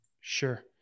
Sure